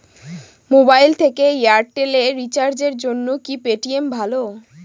Mobile থেকে এয়ারটেল এ রিচার্জের জন্য কি পেটিএম ভালো?